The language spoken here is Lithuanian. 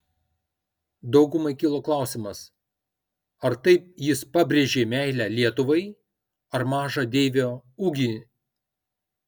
daugumai kilo klausimas ar taip jis pabrėžė meilę lietuvai ar mažą deivio ūgį